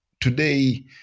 today